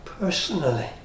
personally